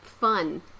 fun